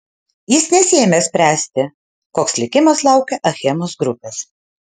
jis nesiėmė spręsti koks likimas laukia achemos grupės